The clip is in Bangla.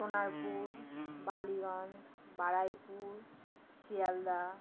সোনারপুর বালিগঞ্জ বারাইপুর শিয়ালদাহ